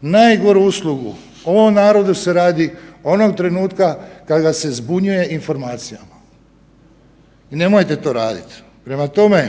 Najgoru uslugu ovom narodu se radi onog trenutka kad ga se zbunjuje informacijama. Nemojte to raditi. Prema tome,